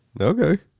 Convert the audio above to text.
Okay